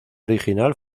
original